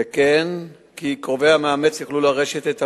וכן כי קרובי המאמץ יוכלו לרשת את המאומץ.